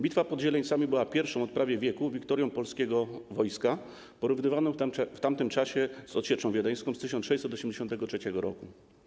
Bitwa pod Zieleńcami była pierwszą od prawie wieku wiktorią polskiego wojska, porównywaną w tamtym czasie w odsieczą wiedeńską z 1683 r.